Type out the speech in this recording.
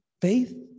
faith